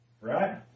Right